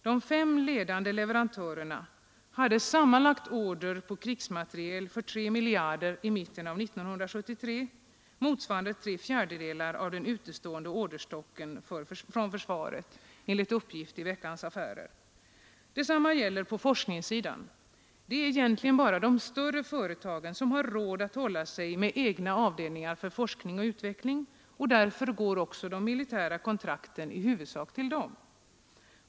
De fem ledande leverantörerna hade sammanlagt order på krigsmateriel för 3 miljarder i mitten av 1973, motsvarande tre fjärdedelar av den utestående orderstocken från försvaret enligt uppgift i Veckans Affärer. Detsamma gäller på forskningssidan. Det är egentligen bara de större företagen som har råd att hålla sig med egna avdelningar för forskning och utveckling, och därför går också de militära kontrakten i huvudsak till dem.